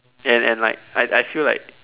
and and like I I feel like